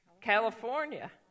California